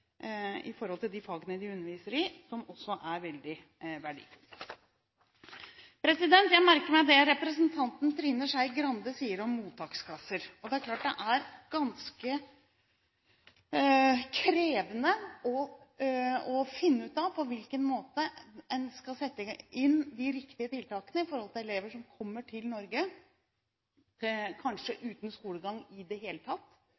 de fagene de underviser i, som også er veldig verdifull. Jeg merker meg det representanten Trine Skei Grande sier om mottaksklasser. Det er klart at det er ganske krevende å finne ut av på hvilken måte en skal sette inn de riktige tiltakene overfor elever som kommer til Norge, kanskje uten skolegang i det hele tatt,